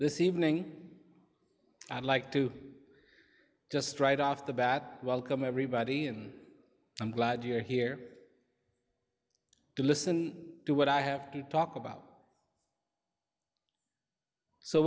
this evening i'd like to just right off the bat welcome everybody and i'm glad you're here to listen to what i have to talk about so